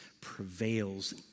prevails